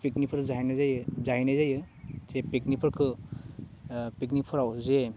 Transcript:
पिकनिकफोर जाहैनाय जायो जाहैनाय जायो जे पिकनिकफोरखौ पिकनिकफोराव जे